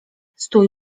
stój